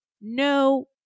No